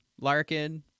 Larkin